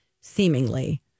seemingly